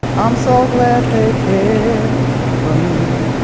i'm so glad they cared for me.